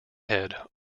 head